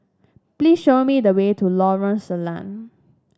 please show me the way to Lorong Salleh